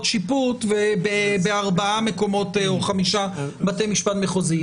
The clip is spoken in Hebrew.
שיפוט בארבעה מקומות או חמישה בתי משפט מחוזיים.